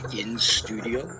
in-studio